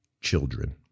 children